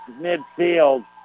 midfield